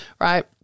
right